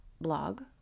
blog